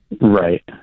Right